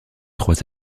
trois